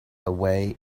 away